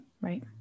right